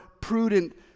prudent